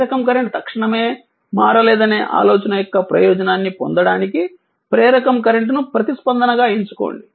ప్రేరకం కరెంట్ తక్షణమే మారలేదనే ఆలోచన యొక్క ప్రయోజనాన్ని పొందడానికి ప్రేరకం కరెంట్ను ప్రతిస్పందనగా ఎంచుకోండి